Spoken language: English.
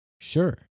Sure